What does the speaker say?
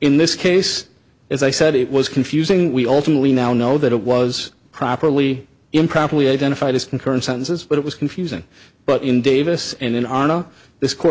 in this case as i said it was confusing we ultimately now know that it was properly improperly identified as concurrent sentences but it was confusing but in davis and in ana this court